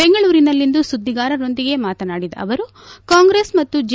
ಬೆಂಗಳೂರಿನಲ್ಲಿಂದು ಸುದ್ದಿಗಾರರೊಂದಿಗೆ ಮಾತನಾಡಿದ ಅವರು ಕಾಂಗ್ರೆಸ್ ಮತ್ತು ಜೆ